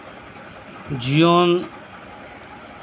ᱡᱤᱭᱚᱱ